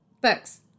Books